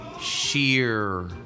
sheer